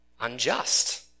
Unjust